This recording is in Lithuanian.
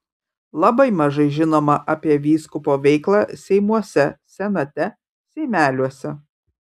labai mažai žinoma apie vyskupo veiklą seimuose senate seimeliuose